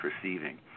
perceiving